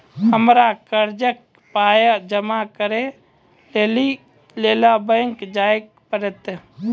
हमरा कर्जक पाय जमा करै लेली लेल बैंक जाए परतै?